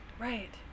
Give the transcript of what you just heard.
Right